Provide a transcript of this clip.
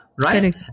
right